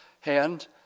hand